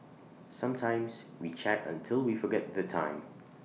sometimes we chat until we forget the time